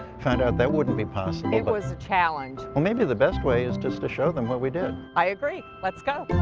found out that wouldn't be possible. it was a challenge. well maybe the best way is just to show them what we did. i agree. let's go.